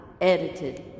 edited